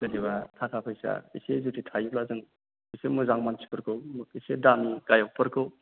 जेन'बा थाखा फैसा एसे जुदि थायोब्ला जों एसे मोजां मानसिफोरखौ एसे दामि गायकफोरखौ